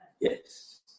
Yes